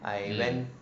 mm